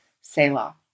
Selah